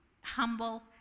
humble